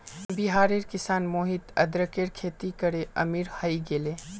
बिहारेर किसान मोहित अदरकेर खेती करे अमीर हय गेले